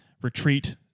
Retreat